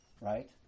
Right